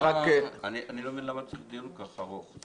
אני לא מבין למה צריך דיון כל-כך ארוך.